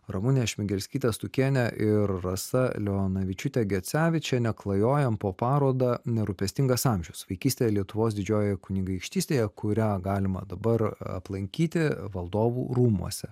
ramunė šmigelskytė stukienė ir rasa leonavičiūtė gecevičiene klajojame po parodą nerūpestingas amžius vaikystę lietuvos didžiojoje kunigaikštystėje kurią galima dabar aplankyti valdovų rūmuose